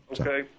Okay